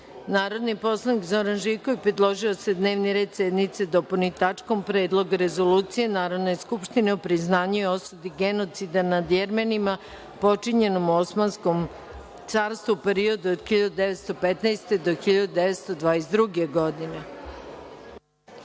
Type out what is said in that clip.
predlog. Narodni poslanik Zoran Živković predložio je da se dnevni red sednice dopuni tačkom – Predlog rezolucije Narodne skupštine o priznanju i osudi genocida nad Jermenima počinjenom u Osmanskom carstvu u periodu od 1915. do 1922. godine. Reč